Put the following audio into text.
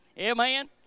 Amen